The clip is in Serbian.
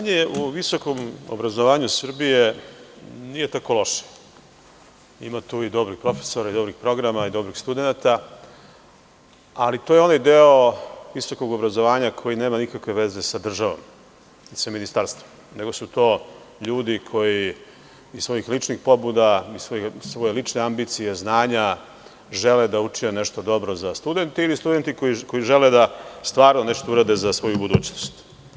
Stanje u visokom obrazovanju Srbije, nije tako loša, ima tu i dobrih profesora i dobrih programa i dobrih studenata, ali to je onaj deo visokog obrazovanja koji nema nikakve veze sa državom, niti sa ministarstvom, nego su to ljudi koji iz svojih ličnih pobuda i svoje lične ambicije i znanja žele da učine nešto dobro za studente ili studenti koji žele da stvarno urade nešto za svoju budućnost.